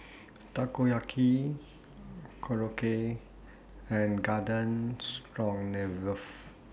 Takoyaki Korokke and Garden Stroganoff